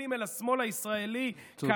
מסתכלים על השמאל הישראלי כעת,